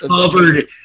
covered